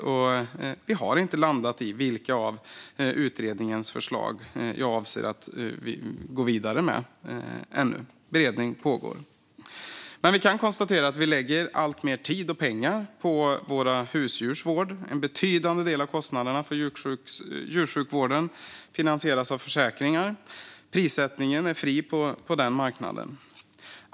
Regeringen har ännu inte landat i vilka av utredningens förslag man avser att gå vidare med. Beredning pågår. Vi kan dock konstatera att vi lägger alltmer tid och pengar på våra husdjurs vård. En betydande del av kostnaderna för djursjukvården finansieras av försäkringar. Prissättningen är fri på den marknaden.